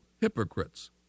hypocrites